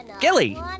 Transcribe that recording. Gilly